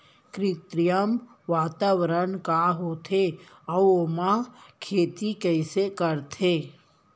कृत्रिम वातावरण का होथे, अऊ ओमा खेती कइसे करथे?